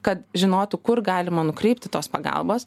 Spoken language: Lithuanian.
kad žinotų kur galima nukreipti tos pagalbos